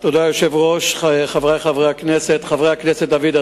ביום י"ח בסיוון התשס"ט (10 ביוני 2009):